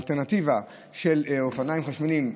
האלטרנטיבה של אופניים חשמליים,